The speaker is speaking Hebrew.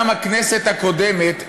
גם הכנסת הקודמת,